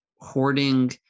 hoarding